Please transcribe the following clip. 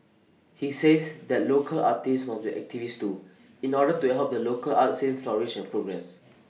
he says that local artists must be activists too in order to help the local art scene flourish and progress